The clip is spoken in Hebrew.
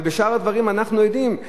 אבל גם בשאר הדברים אנחנו עדים.